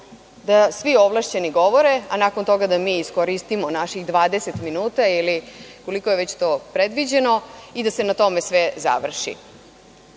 da svi ovlašćeni govore, a nakon toga da mi iskoristimo naših 20 minuta ili koliko je to već predviđeno i da se na tome sve završi.